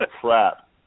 crap